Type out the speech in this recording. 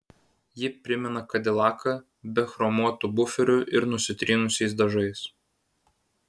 ji primena kadilaką be chromuotų buferių ir nusitrynusiais dažais